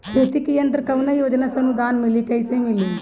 खेती के यंत्र कवने योजना से अनुदान मिली कैसे मिली?